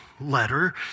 letter